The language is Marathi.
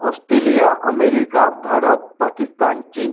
ऑस्टेलिया अमेरिका भारत पाकिस्तान चीन